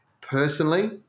personally